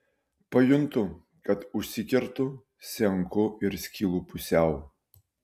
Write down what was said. pajuntu kad užsikertu senku ir skylu pusiau